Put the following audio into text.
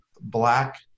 black